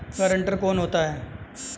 Guarantor कौन होता है?